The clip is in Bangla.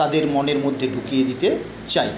তাদের মনের মধ্যে ঢুকিয়ে দিতে চাই